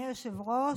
אדוני היושב-ראש,